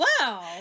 Wow